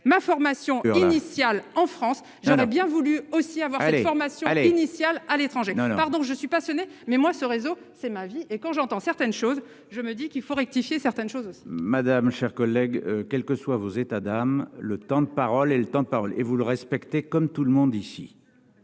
ma formation initiale en France, il y en a bien voulu aussi avoir cette formation initiale à l'étranger, pardon, je suis passionné mais moi ce réseau, c'est ma vie et quand j'entends certaines choses, je me dis qu'il faut rectifier certaines choses. Madame, chers collègues, quels que soient vos états d'âme, le temps de parole et le temps de parole et vous le respecter comme tout le monde ici